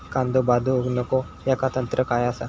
कांदो बाद होऊक नको ह्याका तंत्र काय असा?